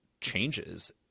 changes